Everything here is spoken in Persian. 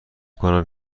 کنم